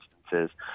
instances